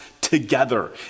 together